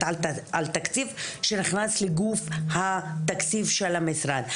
על תקציב שנכנס לגוף התקציב של המשרד.